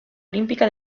olímpica